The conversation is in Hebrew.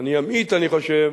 אני אמעיט אני חושב,